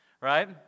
right